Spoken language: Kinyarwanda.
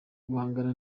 guhangana